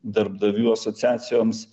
darbdavių asociacijoms